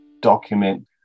document